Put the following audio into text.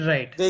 Right